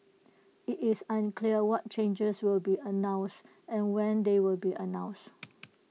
IT is unclear what changes will be announced and when they will be announced